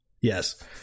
yes